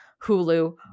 Hulu